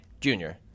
Junior